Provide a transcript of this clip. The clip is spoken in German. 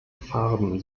farben